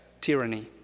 tyranny